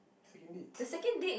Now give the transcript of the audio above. second date